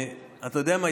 אתה יודע מה,